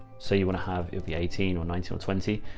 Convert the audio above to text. so you want to have, it'll be eighteen or nineteen or twenty,